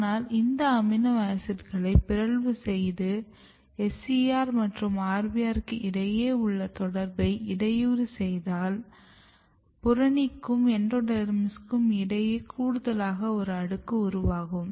ஆனால் இந்த அமினோ ஆசிட்களை பிறழ்வு செய்யுது SCR மற்றும் RBR க்கு இடையே உள்ள தொடர்பை இடையூறு செய்தல் புறணிக்கும் எண்டோடேர்மிஸுக்கும் இடையே கூடுதலாக ஒரு அடுக்கு உருவாகும்